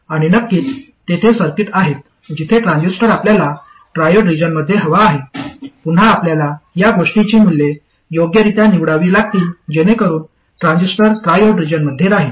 आणि नक्कीच तेथे सर्किट आहेत जिथे ट्रांझिस्टर आपल्याला ट्रॉओड रिजनमध्ये हवा आहे पुन्हा आपल्याला या गोष्टींची मूल्ये योग्यरित्या निवडावी लागतील जेणेकरुन ट्रान्झिस्टर ट्रॉओड रिजनमध्ये राहील